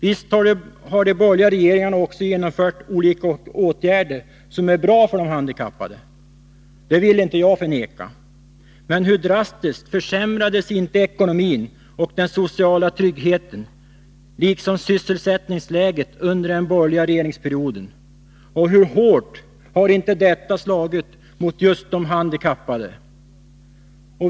Visst har de borgerliga regeringarna också genomfört olika åtgärder som är bra för de handikappade, det vill jag inte förneka. Men hur drastiskt försämrades inte ekonomin och den sociala tryggheten liksom sysselsätt ningsläget under den borgerliga regeringsperioden, och hur hårt har inte detta slagit mot just de handikappade.